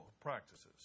practices